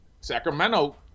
Sacramento